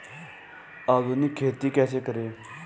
आधुनिक खेती कैसे करें?